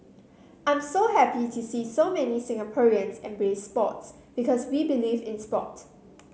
I'm so happy to see so many Singaporeans embrace sports because we believe in sport